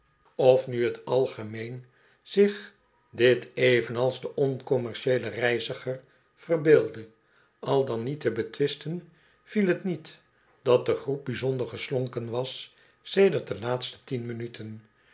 of nu het algemeen zich dit evenals de oncommercieele reiziger verbeeldde al dan niet te betwisten viel het niet dat de groep bijzonder geslonken was sedert de laatste tien minuten